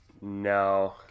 no